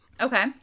okay